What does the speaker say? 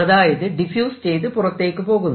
അതായത് ഡിഫ്യൂസ് ചെയ്ത് പുറത്തേക്ക് പോകുന്നു